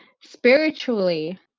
spiritually